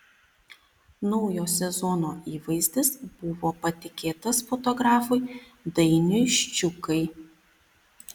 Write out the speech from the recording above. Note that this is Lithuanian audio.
naujo sezono įvaizdis buvo patikėtas fotografui dainiui ščiukai